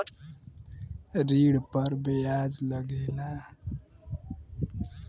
ऋण पर बियाज लगेला